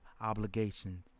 obligations